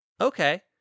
Okay